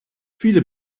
viele